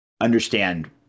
understand